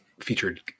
featured